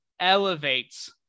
elevates